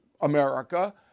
America